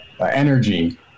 energy